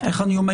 איך אני אומר?